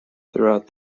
throughout